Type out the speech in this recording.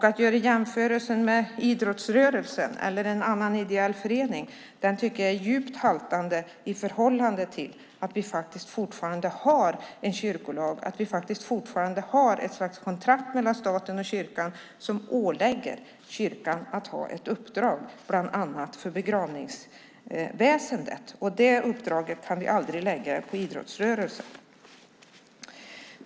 Att göra jämförelser med idrottsrörelsen eller en annan ideell förening tycker jag är djupt haltande i förhållande till att vi faktiskt fortfarande har en kyrkolag och att vi faktiskt fortfarande har ett slags kontrakt mellan staten och kyrkan som ålägger kyrkan att ha ett uppdrag bland annat för begravningsväsendet. Det uppdraget kan vi aldrig lägga på idrottsrörelsen.